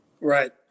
Right